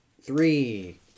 three